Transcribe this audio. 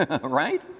Right